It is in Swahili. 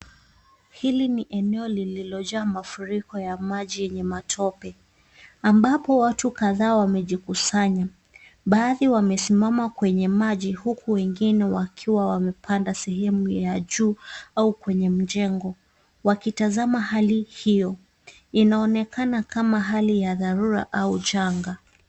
Hili ni eneo lililojaa mafuriko ya maji yenye matope, ambapo watu kadhaa wamejikusanya. Baadhi wamesimama kwenye maji, huku wengine wakiwa wamepanda sehemu ya juu ua kwenye mjengo, wakitazama hali hio. Inaonekana kama hali ya dharura au uchanga.